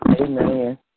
Amen